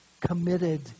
committed